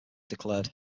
declared